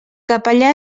capellà